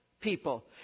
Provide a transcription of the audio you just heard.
people